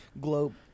globe